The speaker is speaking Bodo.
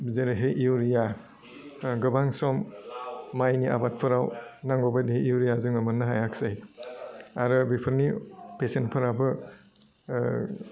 जेरैहाय इउरिया गोबां सम माइनि आबादफोराव नांगौ बायदि इउरिया जोङो मोन्नो हायासै आरो बेफोरनि बेसेनफोराबो